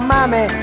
Mommy